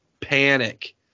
panic